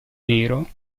nero